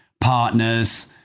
partners